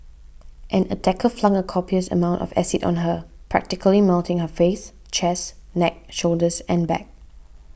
an attacker flung a copious amount of acid on her practically melting her face chest neck shoulders and back